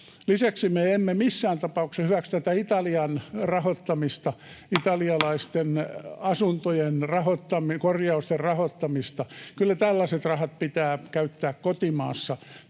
Lisäksi me emme missään tapauksessa hyväksy tätä Italian rahoittamista, italialaisten asuntojen korjausten rahoittamista. Kyllä tällaiset rahat pitää käyttää kotimaassa.